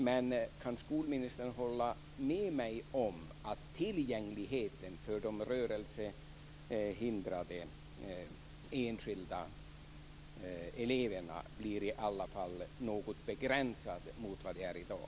Men kan skolministern hålla med mig om att tillgängligheten för de rörelsehindrade enskilda eleverna i alla fall blir något begränsad jämfört med i dag?